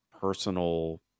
personal